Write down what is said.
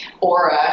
aura